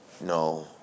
No